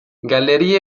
gallerie